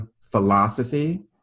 philosophy